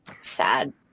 sad